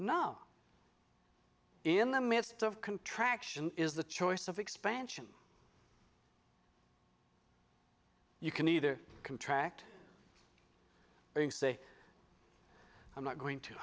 no in the midst of contraction is the choice of expansion you can either contract and say i'm not going to